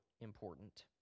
important